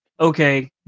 Okay